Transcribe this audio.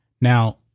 Now